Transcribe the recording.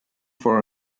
for